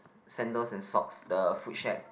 sandals and socks the foot shack